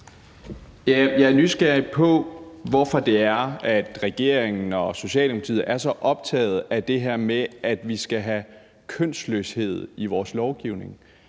Jeg er nysgerrig på, hvorfor det er, at regeringen og Socialdemokratiet er så optagede af det her med, at vi skal have kønsløshed i vores lovgivning.